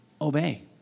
Obey